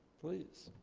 please.